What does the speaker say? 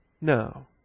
No